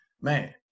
Man